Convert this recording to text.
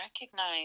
recognize